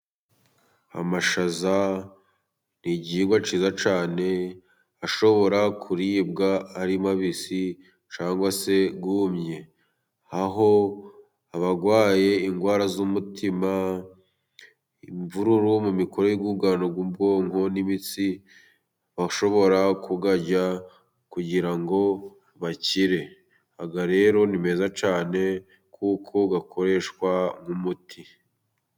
Amashaza ni igihingwa cyiza cyane ashobora kuribwa ari mabisi cyangwa se yumye, aho abarwaye indwara z'umutima, imvururu mu mikorere y'urwungano rw'ubwonko n'imitsi bashobora kuyarya kugira ngo bakire. Aya rero ni meza cyane kuko akoreshwa nk' umuti.